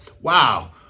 wow